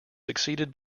succeeded